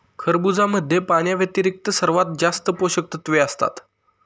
खरबुजामध्ये पाण्याव्यतिरिक्त सर्वात जास्त पोषकतत्वे असतात